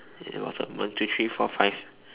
ya what's up one two three four five